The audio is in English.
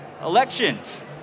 elections